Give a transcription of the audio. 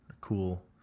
cool